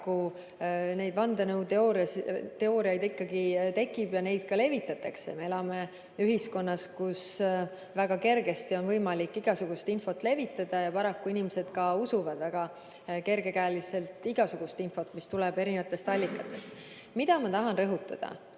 paraku neid vandenõuteooriaid ikkagi tekib ja neid levitatakse. Me elame ühiskonnas, kus väga kergesti on võimalik igasugust infot levitada. Paraku usuvad inimesed väga kergekäeliselt igasugust infot, mis tuleb erinevatest allikatest. Mida ma tahan rõhutada?